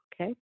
okay